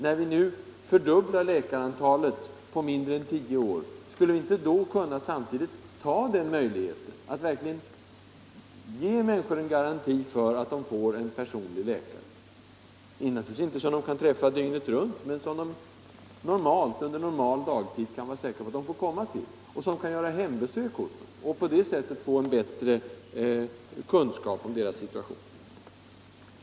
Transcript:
När vi nu fördubblar läkarantalet på mindre än tio år, borde vi samtidigt kunna ge människor en garanti för att de får en personlig läkare, naturligtvis inte en läkare som de kan träffa dygnet runt men som de under normal dagtid kan vara säkra på att få komma till och som kan göra hembesök hos dem och på detta sätt få bättre kunskap om deras situation.